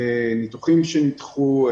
ניתוחים שנדחו,